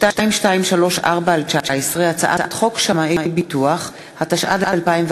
סתיו שפיר, איציק שמולי, מיכל בירן,